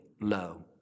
low